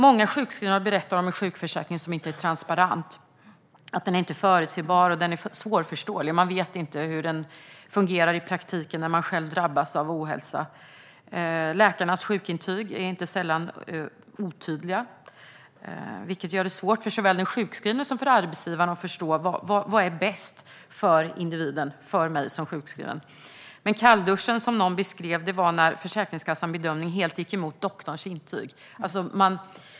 Många sjukskrivna berättar om en sjukförsäkring som inte är transparent. Den är inte förutsägbar, och den är svårförståelig. Man vet inte hur den fungerar i praktiken när man själv drabbas av ohälsa. Läkarnas sjukintyg är inte sällan otydliga, vilket gör det svårt såväl för den sjukskrivne som för arbetsgivaren att förstå vad som är bäst för den sjukskrivna individen. Kallduschen blir, som någon har beskrivit, när Försäkringskassans bedömning helt går emot doktorns intyg.